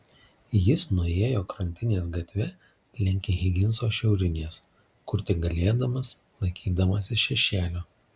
jis nuėjo krantinės gatve link higinso šiaurinės kur tik galėdamas laikydamasis šešėlio